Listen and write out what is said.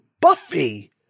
Buffy